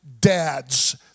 dads